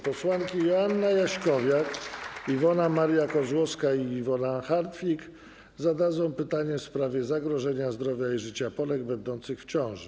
Posłanki Joanna Jaśkowiak, Iwona Maria Kozłowska i Iwona Hartwich zadadzą pytanie w sprawie zagrożenia zdrowia i życia Polek będących w ciąży.